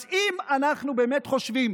אז אם אנחנו באמת חושבים